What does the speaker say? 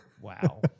wow